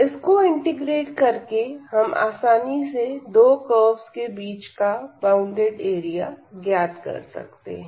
इसको इंटीग्रेट करके हम आसानी से दो कर्वस के बीच का बॉउंडेड एरिया ज्ञात कर सकते हैं